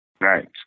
Right